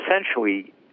Essentially